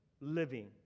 living